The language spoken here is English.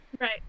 right